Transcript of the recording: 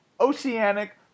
Oceanic